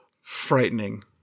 frightening